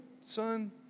son